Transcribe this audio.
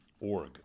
org